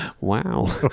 wow